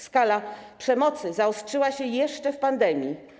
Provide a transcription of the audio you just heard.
Skala przemocy zaostrzyła się jeszcze w pandemii.